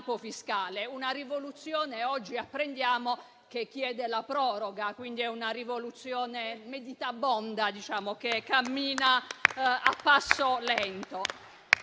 fiscale; una rivoluzione - oggi apprendiamo - che chiede la proroga, quindi è una rivoluzione meditabonda, che cammina a passo lento.